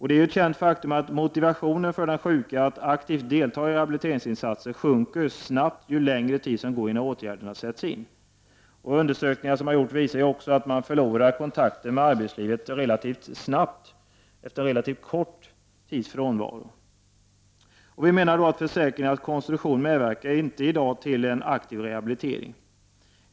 Det är ett känt faktum att motivationen för den sjuke att aktivt delta i rehabiliteringsinsatser sjunker snabbt ju längre tid som går innan åtgärder sätts in. Undersökningar visar att man förlorar kontakten med arbetslivet efter en relativ kort tids frånvaro. Vi menar att försäkringarnas konstruktion i dag inte medverkar till en aktiv rehabilitering.